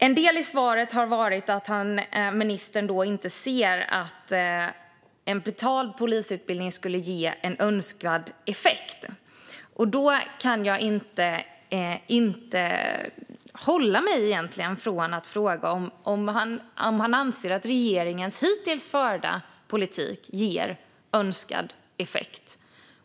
En del i svaret var att ministern inte ser att en betald polisutbildning skulle ge önskad effekt. Då kan jag inte avhålla mig från att fråga om han anser att regeringens hittills förda politik ger önskad effekt.